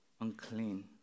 unclean